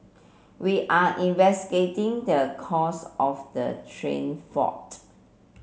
we are investigating the cause of the train fault